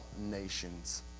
nations